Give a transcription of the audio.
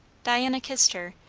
diana kissed her,